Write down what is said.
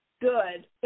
good